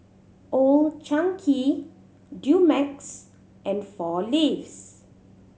Old Chang Kee Dumex and Four Leaves